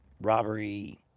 robbery